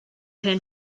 hen